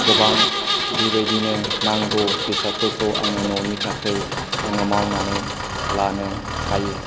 गोबां बेबायदिनो नांगौ बेसादफोरखौ आङो न'नि थाखाय आङो मावनानै लानो हायो